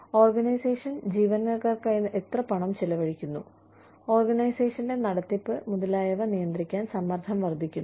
organisation ജീവനക്കാർക്കായി എത്ര പണം ചെലവഴിക്കുന്നു ഓർഗനൈസേഷന്റെ നടത്തിപ്പ് മുതലായവ നിയന്ത്രിക്കാൻ സമ്മർദ്ദം വർദ്ധിക്കുന്നു